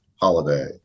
Holiday